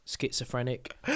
Schizophrenic